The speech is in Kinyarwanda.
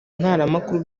ntaramakuru